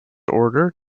order